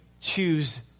choose